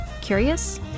Curious